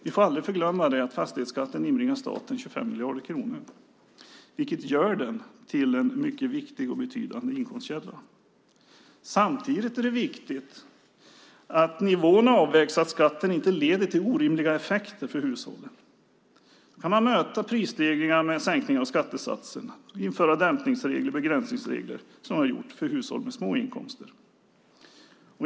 Vi får aldrig glömma att fastighetsskatten inbringar staten 25 miljarder kronor, vilket gör den till en mycket viktig och betydande inkomstkälla. Samtidigt är det viktigt att nivån avvägs så att skatten inte ger orimliga effekter på hushållen. Man kan möta prisstegringar med sänkning av skattesatserna och införa dämpningsregler och begränsningsregler för hushåll med små inkomster så som vi har gjort.